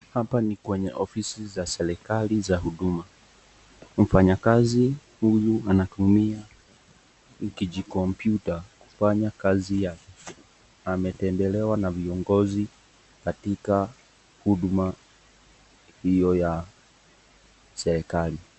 Hapa ni kwenye ofisi za serikali za huduma, mfanyikazi huyu anatumia (cs) computer (cs) kufanya kazi yake, ametembelewa na viongozi katika huduma hiyo ya serikali.